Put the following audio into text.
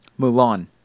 Mulan